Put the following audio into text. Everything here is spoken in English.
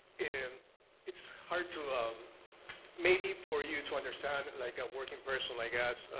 and it's hard to, um maybe, for you to understand, like a working person like us,